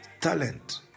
talent